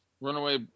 Runaway